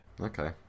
Okay